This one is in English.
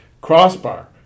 crossbar